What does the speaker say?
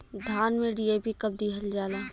धान में डी.ए.पी कब दिहल जाला?